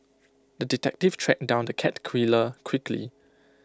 the detective tracked down the cat killer quickly